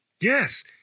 Yes